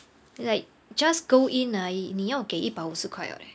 like just go in ah 你要给一百五十块 liao leh